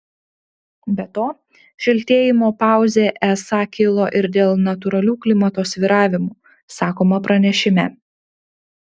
be to šiltėjimo pauzė esą kilo ir dėl natūralių klimato svyravimų sakoma pranešime